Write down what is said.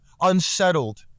unsettled